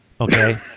Okay